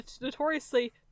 Notoriously